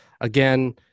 Again